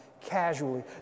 casually